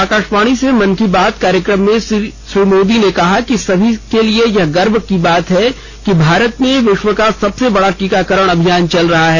आकाशवाणी से मन की बात कार्यक्रम में श्री मोदी ने कहा कि सभी के लिए यह गर्व की बात है कि भारत में विश्व का सबसे बड़ा टीकाकरण अभियान चल रहा है